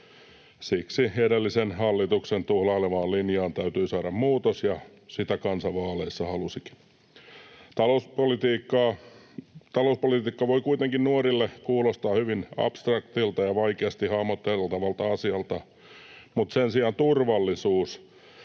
Siksi edellisen hallituksen tuhlailevaan linjaan täytyy saada muutos, ja sitä kansa vaaleissa halusikin. Talouspolitiikka voi kuitenkin nuorille kuulostaa hyvin abstraktilta ja vaikeasti hahmoteltavalta asialta, mutta sen sijaan turvallisuus,